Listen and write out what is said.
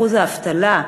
באחוז האבטלה,